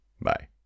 Bye